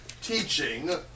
Teaching